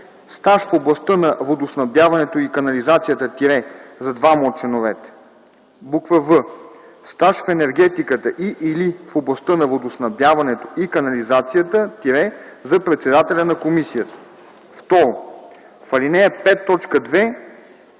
б) стаж в областта на водоснабдяването и канализацията – за двама от членовете”; в) стаж в енергетиката и/или в областта на водоснабдяването и канализацията – за председателя на комисията. 2. В ал. 5,